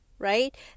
right